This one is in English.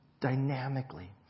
dynamically